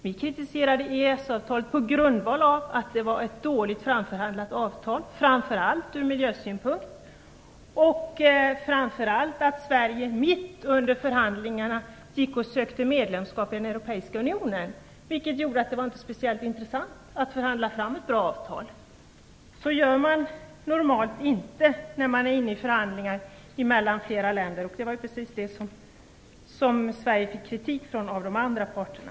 Vi kritiserade EES-avtalet på grundval av att det var ett dåligt framförhandlat avtal, framför allt ur miljösynpunkt, och på grundval av att Sverige mitt under förhandlingarna sökte medlemskap i den europeiska unionen. Det gjorde att det inte var speciellt intressant att förhandla fram ett bra avtal. Så gör man normalt inte när man är inne i förhandlingar mellan flera länder. Det var precis det som Sverige fick kritik för av de andra parterna.